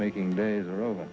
making days are over